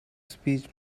speech